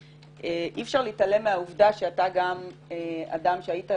אי-אפשר להתעלם מהעובדה שאתה גם אדם שהיה,